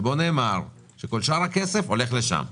שבו נאמר שכל שאר הכסף הולך למטרו.